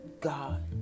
God